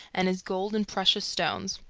and his gold and precious stones.